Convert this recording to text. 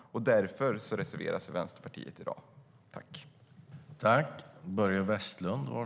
Därför reserverar sig Vänsterpartiet i dag.